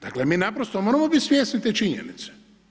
Dakle, mi naprosto moramo biti svjesni te činjenice.